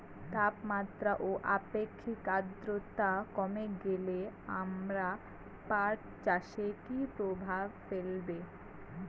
তাপমাত্রা ও আপেক্ষিক আদ্রর্তা কমে গেলে আমার পাট চাষে কী প্রভাব ফেলবে?